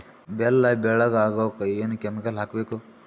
ಬೆಲ್ಲ ಬೆಳಗ ಆಗೋಕ ಏನ್ ಕೆಮಿಕಲ್ ಹಾಕ್ಬೇಕು?